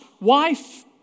wife